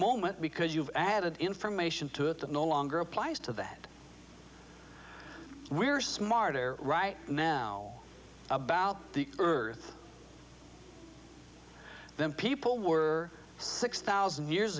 moment because you've added information to it that no longer applies to that we are smarter right now about the earth than people were six thousand years